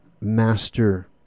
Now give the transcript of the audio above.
master